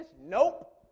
Nope